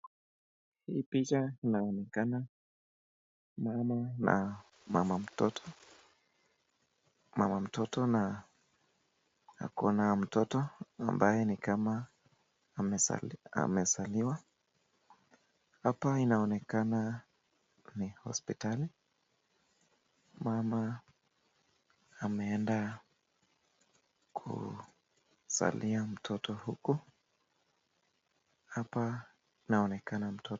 Hii picha inaonekana mama na mama mtoto. Mama mtoto na ako na mtoto ambaye ni kama amezaliwa. Hapa inaonekana ni hospitali. Mama ameenda kuzalia mtoto huku. Hapa inaonekana mto